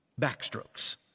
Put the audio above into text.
backstrokes